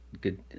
good